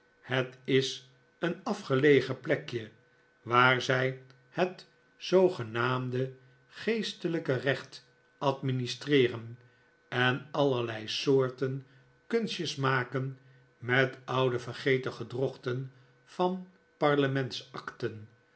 het is een afgelegen plekje waar zij het zoogenaamde geestelijke recht administreeren en allerlei soorten kunstjes maken met oude vergeten gedrochten van